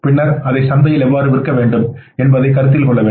பின்னர் அதை சந்தையில் எவ்வாறு விற்க வேண்டும் என்பதை கருத்தில் கொள்ள வேண்டும்